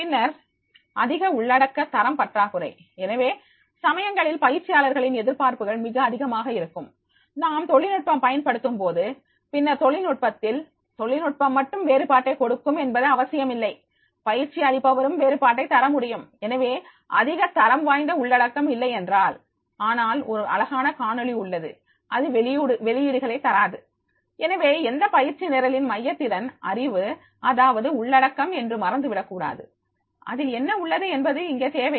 பின்னர் அதிக உள்ளடக்க தரம் பற்றாக்குறை எனவே சமயங்களில் பயிற்சியாளர்களின் எதிர்பார்ப்புகள் மிக அதிகமாக இருக்கும் நாம் தொழில்நுட்பம் பயன்படுத்தும்போது பின்னர் தொழில்நுட்பத்தில் தொழில்நுட்பம் மட்டும் வேறுபாட்டை கொடுக்கும் என்பது அவசியமில்லை பயிற்சி அளிப்பவரும் வேறுபாட்டை தர முடியும் எனவே அதிக தரம் வாய்ந்த உள்ளடக்கம் இல்லையென்றால் ஆனால் ஒரு அழகான காணொளி உள்ளது அது வெளியீடுகளை தராது எனவே எந்த பயிற்சி நிரலின் மையத் திறன் அறிவு அதாவது உள்ளடக்கம் என்று மறந்து விடக்கூடாது அதில் என்ன உள்ளது என்பது இங்கே தேவை